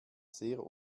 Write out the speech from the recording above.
sehr